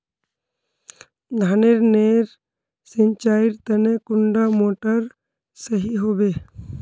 धानेर नेर सिंचाईर तने कुंडा मोटर सही होबे?